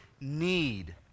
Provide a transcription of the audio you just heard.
need